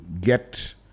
get